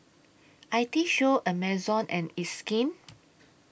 I T Show Amazon and It's Skin